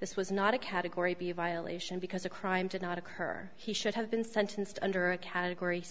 this was not a category be a violation because a crime did not occur he should have been sentenced under a category